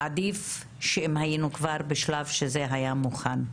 עדיף שהיינו כבר בשלב שזה היה מוכן.